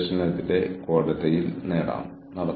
അത് ചെലവ് ലാഭിക്കുന്നതിന് കാരണമാകുന്നു